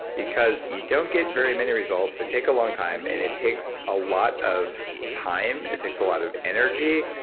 because you don't get very many results, they take a long time and it takes a lot of time. it takes a lot of energy,